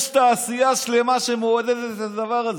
יש תעשייה שלמה שמעודדת את הדבר הזה.